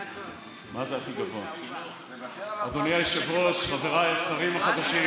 נקודה אחת לגיל שנה-שנתיים ושתי נקודות לגיל שלוש,